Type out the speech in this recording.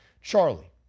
Charlie